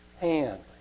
hand